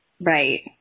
Right